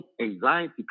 anxiety